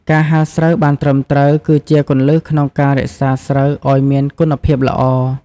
ការហាលស្រូវបានត្រឹមត្រូវ គឺជាគន្លឹះក្នុងការរក្សាស្រូវឲ្យមានគុណភាពល្អ។